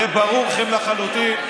זה ברור לכם לחלוטין,